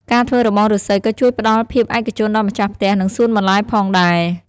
ការធ្វើរបងឬស្សីក៏ជួយផ្តល់ភាពឯកជនដល់ម្ចាស់ផ្ទះ និងសួនបន្លែផងដែរ។